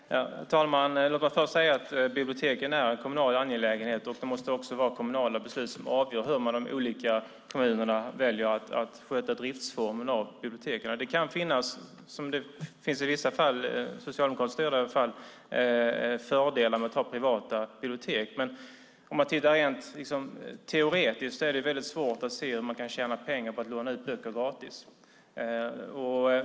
Herr talman! Låt mig säga att biblioteken är en kommunal angelägenhet och det måste också vara kommunala beslut som avgör hur de olika kommunerna väljer att sköta driftsformen av biblioteken. Det finns i vissa fall fördelar med att ha privata bibliotek, men om vi tittar rent teoretiskt på detta är det svårt att se hur man kan tjäna pengar på att låna ut böcker gratis.